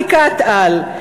גם מפיקת-על,